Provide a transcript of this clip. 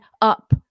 up